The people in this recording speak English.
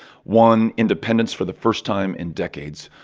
won independents for the first time in decades,